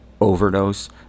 overdose